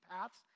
paths